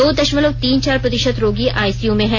दो दशमलव तीन चार प्रतिशत रोगी आईसीयू में हैं